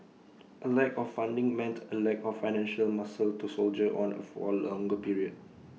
A lack of funding meant A lack of financial muscle to soldier on for A longer period